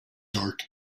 dark